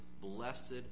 blessed